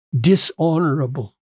dishonorable